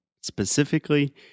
specifically